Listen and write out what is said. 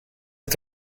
est